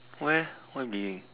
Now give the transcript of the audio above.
why eh why being